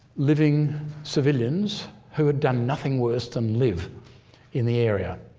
living civilians who had done nothing worse than live in the area.